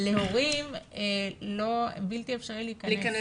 להורים בלתי אפשרי להיכנס.